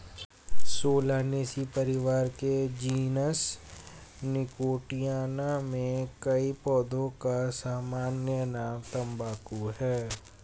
Solanaceae परिवार के जीनस निकोटियाना में कई पौधों का सामान्य नाम तंबाकू है